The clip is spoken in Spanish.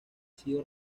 sido